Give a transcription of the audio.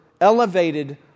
elevated